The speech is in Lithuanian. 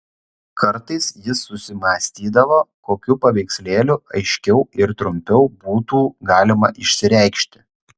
kartais jis susimąstydavo kokiu paveikslėliu aiškiau ir trumpiau būtų galima išsireikšti